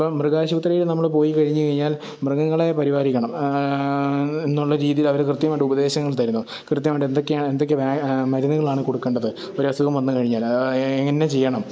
ഇപ്പം മൃഗാശുപത്രിയിൽ നമ്മൾ പോയി കഴിഞ്ഞു കഴിഞ്ഞാല് മൃഗങ്ങളെ പരിപാലിക്കണം എന്നുള്ള രീതിയിലവർ കൃത്യമായിട്ട് ഉപദേശങ്ങള് തരുന്നു കൃത്യമായിട്ട് എന്തൊക്കെയാണ് എന്തൊക്കെ മരുന്നുകളാണ് കൊടുക്കേണ്ടത് ഒരസുഖം വന്നു കഴിഞ്ഞാല് എങ്ങനെ ചെയ്യണം